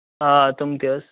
آ تِم تہِ حظ